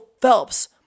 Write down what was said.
Phelps